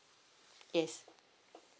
yes